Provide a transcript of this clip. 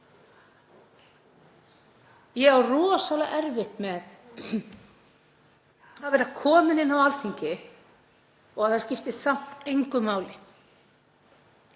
Ég á rosalega erfitt með að vera komin inn á Alþingi og að það skipti samt engu máli.